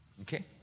Okay